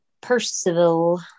percival